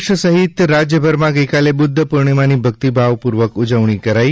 દેશ સહિત રાજ્યભરમાં ગઇકાલે બુધ્ધ પૂર્ણિમાની ભક્તિભાવ પૂર્વક ઉજવણી કરાઇ